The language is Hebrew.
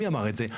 מי אמר את זה?